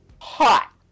hot